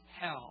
hell